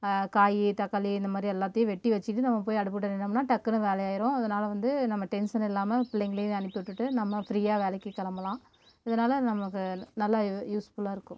காய்யி தக்காளி இந்த மாரி எல்லாத்தையும் வெட்டி வச்சிகிட்டு நம்ம போய் அடுப்புகிட்ட நின்னோம்னா டக்குன்னு வேலையாயிரும் அதனால் வந்து நம்ம டென்ஷன் இல்லாமல் பிள்ளைங்களையும் அனுப்பிவிட்டுட்டு நம்ம ஃப்ரீயாக வேலைக்கு கிளம்பலாம் இதனால் நமக்கு நல்லா யூஸ்ஃபுல்லாக இருக்கும்